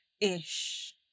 Ish